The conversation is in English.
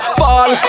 fall